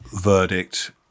verdict